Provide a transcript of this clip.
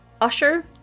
usher